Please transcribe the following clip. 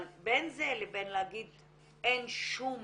אבל בין זה לבין להגיד שאין שום